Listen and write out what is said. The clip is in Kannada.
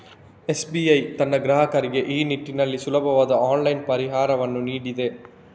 ಎಸ್.ಬಿ.ಐ ತನ್ನ ಗ್ರಾಹಕರಿಗೆ ಈ ನಿಟ್ಟಿನಲ್ಲಿ ಸುಲಭವಾದ ಆನ್ಲೈನ್ ಪರಿಹಾರವನ್ನು ನೀಡಿದೆ